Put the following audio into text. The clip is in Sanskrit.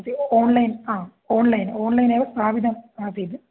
तत् ओन्लैन् हा ओन्लैन् ओन्लैन् एव स्दाबिदम् आसीत्